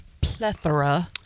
plethora